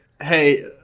hey-